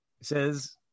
says